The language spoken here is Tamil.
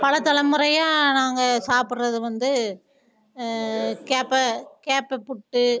பல தலைமுறையாக நாங்கள் சாப்பிட்றது வந்து கேப்பை கேப்பை புட்டு